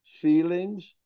Feelings